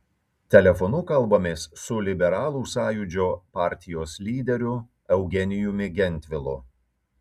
telefonu kalbamės su liberalų sąjūdžio partijos lyderiu eugenijumi gentvilu